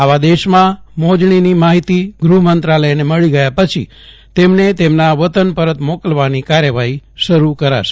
આવા દેશમાં મોજજીની માહિતી ગૂહમંત્રાલયને મળી ગયા પછી તેમને તેમના વતન પરત મોકલવાની કાર્યવાહી શરૂ કરાશે